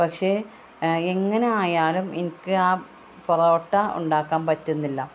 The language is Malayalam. പക്ഷെ എങ്ങനെയായാലും എനിക്ക് ആ പൊറോട്ട ഉണ്ടാക്കാൻ പറ്റുന്നില്ല